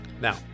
Now